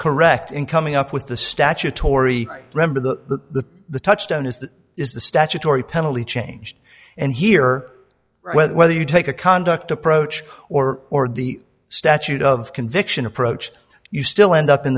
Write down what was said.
correct in coming up with the statutory rember the the touchdown is that is the statutory penalty changed and here whether you take a conduct approach or or the statute of conviction approach you still end up in